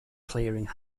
clearing